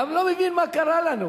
העם לא מבין מה קרה לנו.